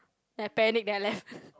then I panic then I left